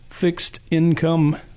fixed-income